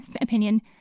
Opinion